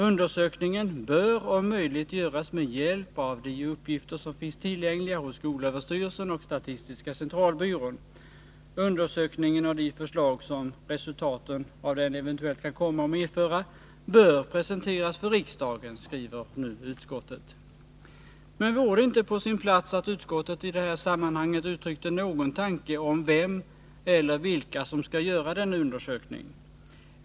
Undersökningen bör om möjligt göras med hjälp av de uppgifter som finns tillgängliga hos skolöverstyrelsen och statistiska centralbyrån. Undersökningen och de förslag som resultaten av den eventuellt kan komma att medföra bör presenteras för riksdagen, skriver nu utskottet. Men vore det inte på sin plats att utskottet i det här sammanhanget uttryckte någon tanke om vem eller vilka som skall göra denna undersökning?